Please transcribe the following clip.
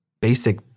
basic